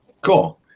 Cool